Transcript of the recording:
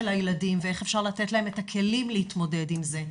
הילדים ואיך אפשר לתת להם את הכלים להתמודד עם זה.